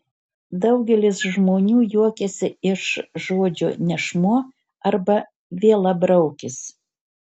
daugelis žmonių juokiasi iš žodžio nešmuo arba vielabraukis